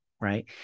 Right